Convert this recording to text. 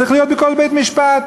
צריך להיות בכל בית-משפט,